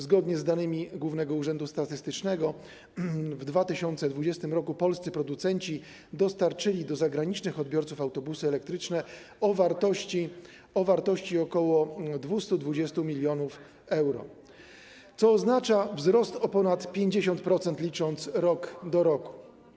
Zgodnie z danymi Głównego Urzędu Statystycznego w 2020 r. polscy producenci dostarczyli do zagranicznych odbiorców autobusy elektryczne o wartości ok. 220 mln euro, co oznacza wzrost o ponad 50%, licząc rok do roku.